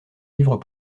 livres